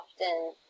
often